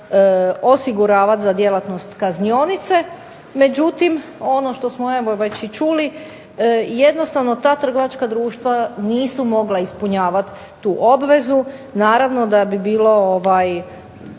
osiguravati za djelatnost kaznionice, međutim ono što smo evo već i čuli jednostavno ta trgovačka društva nisu mogla ispunjavati tu obvezu. Naravno da bi bilo